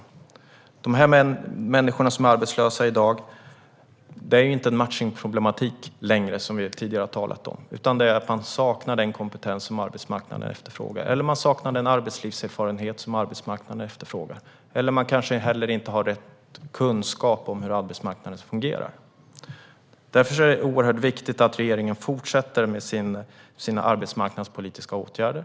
Vad gäller de människor som är arbetslösa i dag handlar det inte längre om en matchningsproblematik, som vi tidigare har talat om. Det rör sig i stället om att man saknar den kompetens eller arbetslivserfarenhet som arbetsmarknaden efterfrågar. Kanske har man heller inte rätt kunskap om hur arbetsmarknaden fungerar. Därför är det oerhört viktigt att regeringen fortsätter med sina arbetsmarknadspolitiska åtgärder.